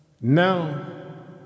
Now